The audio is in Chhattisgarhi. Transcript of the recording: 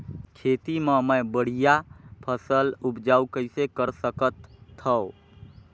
खेती म मै बढ़िया फसल उपजाऊ कइसे कर सकत थव?